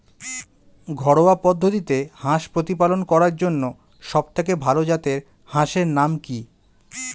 ঘরোয়া পদ্ধতিতে হাঁস প্রতিপালন করার জন্য সবথেকে ভাল জাতের হাঁসের নাম কি?